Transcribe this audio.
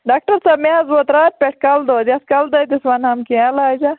doctor صٲب مےٚ حظ ووت راتہٕ پٮ۪ٹھ کَلہٕ دود یَتھ کَلہٕ دٲدِس وَنہٕ ہَم کیٚنٛہہ علاج